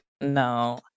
No